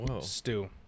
Stew